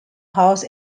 house